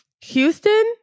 Houston